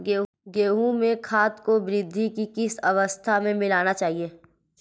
गेहूँ में खाद को वृद्धि की किस अवस्था में मिलाना चाहिए?